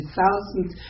thousands